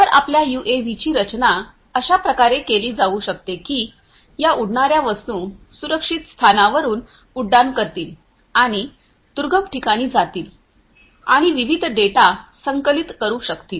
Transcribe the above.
तर आपल्या यूएव्हीची रचना अशा प्रकारे केली जाऊ शकते की या उडणाऱ्या वस्तू सुरक्षित स्थानावरून उड्डाण करतील आणि दुर्गम ठिकाणी जातील आणि विविध डेटा संकलित करू शकतील